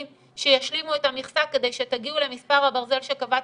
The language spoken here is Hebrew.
שישלימו את המכסה כדי שתגיעו למספר הברזל שקבעתם,